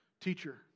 teacher